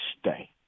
stay